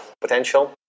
potential